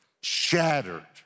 shattered